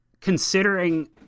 Considering